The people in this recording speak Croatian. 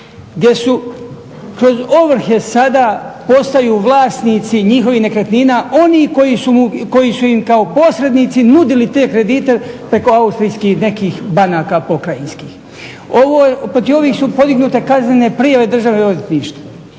gdje su kroz ovrhe sada postaju vlasnici njihovih nekretnina oni koji su im kao posrednici nudili te kredite preko austrijskih nekih banaka pokrajinskih. Protiv ovih su podignute kaznene prijave države i odvjetništva.